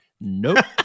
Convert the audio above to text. nope